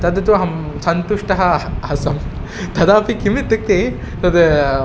तद् तु अहं सन्तुष्टः आसं तदापि किम् इत्युक्ते तद्